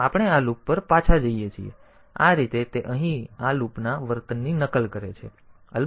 તેથી આ રીતે તે અહીં આ લૂપના વર્તનની નકલ કરે છે